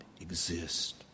exist